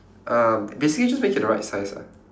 uh basically just make it the right size ah